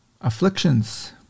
afflictions